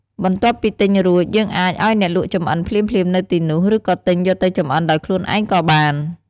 បន្ទាប់ពីទិញរួច យើងអាចឱ្យអ្នកលក់ចម្អិនភ្លាមៗនៅទីនោះ ឬក៏ទិញយកទៅចម្អិនដោយខ្លួនឯងក៏បាន។